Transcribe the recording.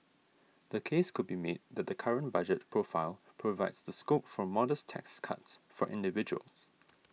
the case could be made that the current budget profile provides the scope for modest tax cuts for individuals